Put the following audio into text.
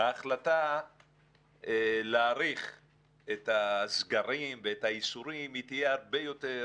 החלטה להאריך את הסגרים ואת האיסורים תהיה הרבה יותר